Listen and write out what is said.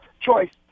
choice